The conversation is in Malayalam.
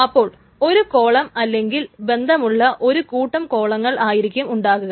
അപ്പോൾ ഒരു കോളം അല്ലെങ്കിൽ ബന്ധമുള്ള ഒരു കൂട്ടം കോളങ്ങൾ ആയിരിക്കും ഉണ്ടാകുക